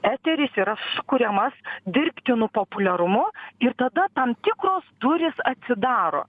eteris yra sukuriamas dirbtinu populiarumu ir tada tam tikros durys atsidaro